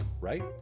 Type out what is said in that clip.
Right